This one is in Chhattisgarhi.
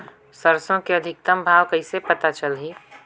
सरसो के अधिकतम भाव कइसे पता चलही?